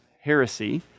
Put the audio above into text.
heresy